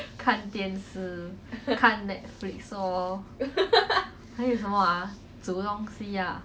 看电视看 netflix lor 还有什么 ah 煮东西 ah